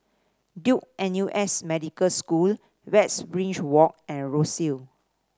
Duke N U S Medical School Westridge Walk and Rosyth